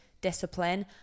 discipline